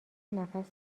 نفس